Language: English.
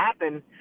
happen